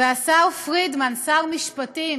והשר פרידמן, שר משפטים